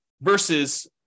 versus